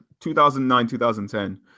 2009-2010